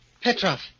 Petrov